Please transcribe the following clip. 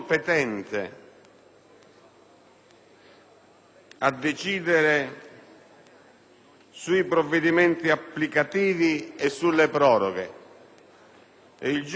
a decidere sui provvedimenti applicativi e sulle proroghe. Il giudice competente